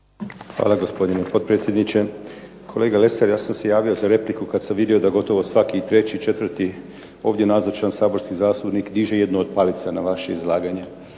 Hvala gospodine potpredsjedniče. Kolega Lesar ja sam se javio za repliku kada sam vidio da gotovo svaki treći, četvrti ovdje nazočan saborski zastupnik diže jednu od palica na vaše izlaganje.